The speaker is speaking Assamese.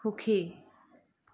সুখী